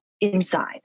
inside